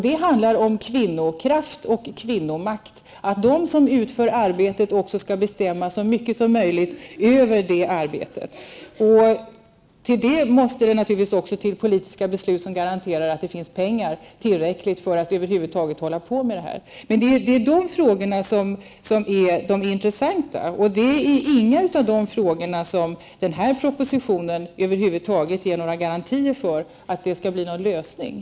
Det handlar om kvinnokraft och kvinnomakt. De som utför arbetet skall också bestämma så mycket som möjligt över detsamma. Därför måste det också fattas politiska beslut som garanterar att det finns tillräckligt med pengar för att över huvud taget bedriva denna verksamhet. Det är dessa frågor som är intressanta, men den föreliggande propositionen ger inga garantier för att just de kommer att lösas.